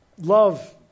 Love